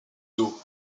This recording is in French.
doux